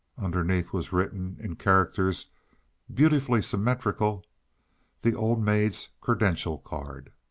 underneath was written in characters beautifully symmetrical the old maid's credential card.